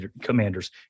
commanders